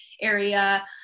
area